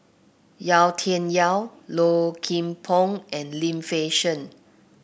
Yau Tian Yau Low Kim Pong and Lim Fei Shen